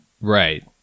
right